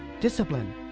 Discipline